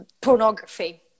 pornography